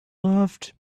loved